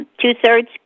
two-thirds